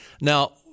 Now